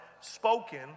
spoken